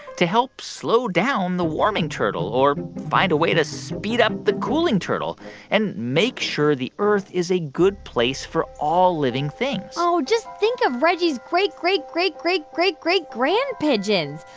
to help slow down the warming turtle or find a way to speed up the cooling turtle and make sure the earth is a good place for all living things oh, just think of reggie's great-great-great-great-great-great-great-grandpigeons.